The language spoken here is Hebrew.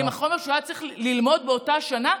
עם החומר שהוא היה צריך ללמוד באותה השנה,